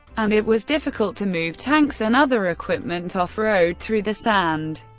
and it was difficult to move tanks and other equipment off-road through the sand.